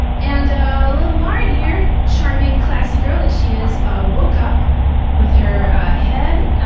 and little lauren here charming, classy girl that she is ah woke up with her ah head